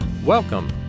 Welcome